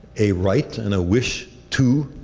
a right and a wish to